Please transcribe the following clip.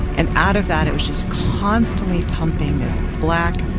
and out of that, it was just constantly pumping this black,